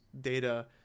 data